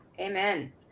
Amen